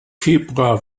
februar